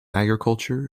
agriculture